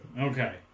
Okay